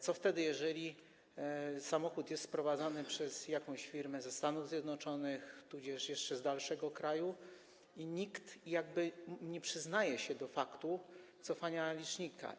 Co wtedy, gdy samochód jest sprowadzany przez jakąś firmę ze Stanów Zjednoczonych tudzież jeszcze z dalszego kraju i nikt nie przyznaje się do faktu cofania licznika?